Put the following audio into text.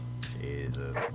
Jesus